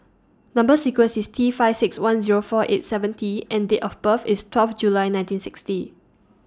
Number sequence IS T five six one Zero four eight seven T and Date of birth IS twelve July nineteen sixty